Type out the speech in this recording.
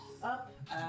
up